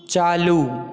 चालू